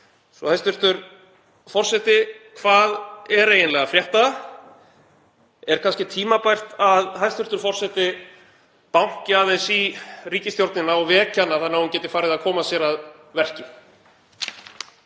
Hæstv. forseti. Hvað er eiginlega að frétta? Er kannski tímabært að hæstv. forseti banki aðeins í ríkisstjórnina og vekji hana þannig að hún geti farið að koma sér að verki?